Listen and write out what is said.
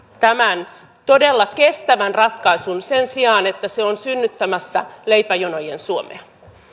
tämän todella kestävän ratkaisun sen sijaan että se on synnyttämässä leipäjonojen suomea